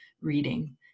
reading